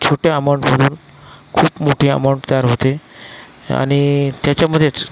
छोट्या अमाऊंटमधून खूप मोठी अमाऊंट तयार होते आणि त्याच्यामध्येच